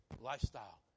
lifestyle